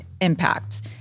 impact